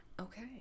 Okay